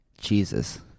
Jesus